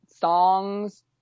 songs